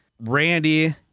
Randy